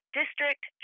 district